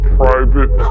private